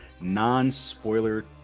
non-spoiler